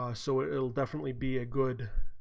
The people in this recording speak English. ah so it'll definitely be a good